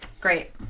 Great